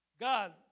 God